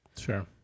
Sure